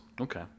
Okay